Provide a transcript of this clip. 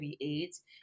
AIDS